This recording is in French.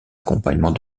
accompagnement